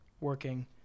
working